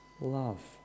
love